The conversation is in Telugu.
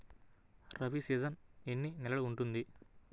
రబీ సీజన్ ఎన్ని నెలలు ఉంటుంది?